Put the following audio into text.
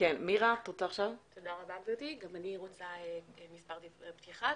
תודה גברתי, גם אני רוצה לומר מספר דברי פתיחה.